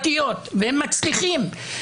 אחרי שאנשים צעירים השקיעו את מיטב שנותיהם,